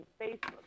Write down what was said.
Facebook